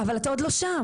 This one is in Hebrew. אבל את עוד לא שם.